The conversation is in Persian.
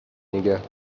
نیگه